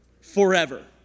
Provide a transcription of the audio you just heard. Forever